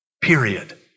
period